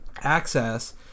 access